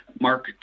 Mark